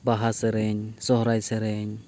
ᱵᱟᱦᱟ ᱥᱮᱨᱮᱧ ᱥᱚᱦᱨᱟᱭ ᱥᱮᱨᱮᱧ